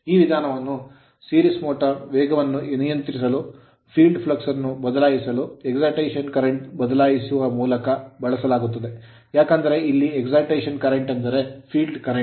ಈ ವಿಧಾನವನ್ನು series motor ಸರಣಿ ಮೋಟರ್ ನ ವೇಗವನ್ನು ನಿಯಂತ್ರಿಸಲು field flux ಕ್ಷೇತ್ರ ಫ್ಲಕ್ಸ್ ಅನ್ನು ಬದಲಾಯಿಸಲು excitation current ಉತ್ತೇಜಕ ಕರೆಂಟ್ ನ್ನು ಬದಲಾಯಿಸುವ ಮೂಲಕ ಬಳಸಲಾಗುತ್ತದೆ ಏಕೆಂದರೆ ಇಲ್ಲಿ excitation current ಉತ್ತೇಜಕ ಕರೆಂಟ್ ಎಂದರೆ field current ಕ್ಷೇತ್ರ ಕರೆಂಟ್